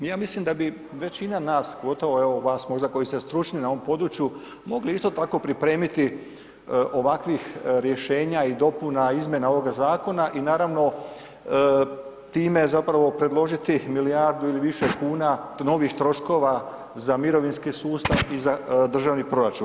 Ja mislim da bi većina nas, pogotovo evo vas možda koji ste stručni na ovom području mogli isto tako pripremiti ovakvih rješenja i dopuna izmjena ovoga zakona i naravno time zapravo predložiti milijardu ili više kuna novih troškova za mirovinski sustav i za državni proračun.